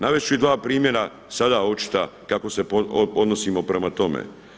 Navest ću dva primjera sada očita kako se odnosimo prema tome.